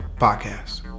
Podcast